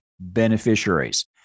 beneficiaries